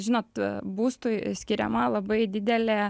žinot būstui skiriama labai didelė